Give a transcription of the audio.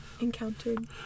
encountered